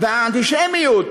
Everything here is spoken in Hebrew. והאנטישמיות,